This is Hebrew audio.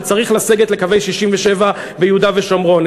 שצריך לסגת לקווי 67' ביהודה ושומרון,